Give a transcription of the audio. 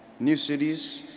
new cities,